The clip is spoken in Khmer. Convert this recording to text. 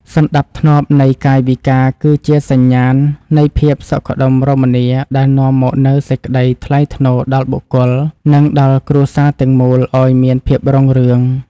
សណ្តាប់ធ្នាប់នៃកាយវិការគឺជាសញ្ញាណនៃភាពសុខដុមរមនាដែលនាំមកនូវសេចក្តីថ្លៃថ្នូរដល់បុគ្គល និង ដល់គ្រួសារទាំងមូលឱ្យមានភាពរុងរឿង។